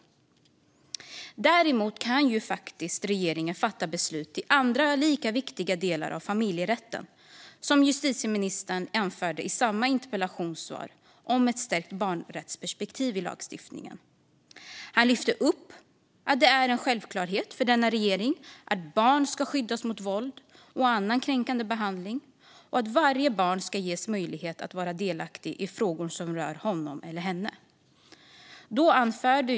Däremot kan regeringen fatta beslut i andra lika viktiga delar av familjerätten, som justitieministern anförde i samma interpellationssvar om ett stärkt barnrättsperspektiv i lagstiftningen. Han lyfte fram att det är en självklarhet för denna regering att barn ska skyddas mot våld och annan kränkande behandling och att varje barn ska ges möjlighet att vara delaktigt i frågor som rör honom eller henne.